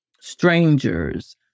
strangers